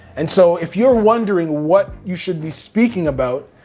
and so if you're wondering what you should be speaking about,